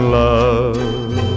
love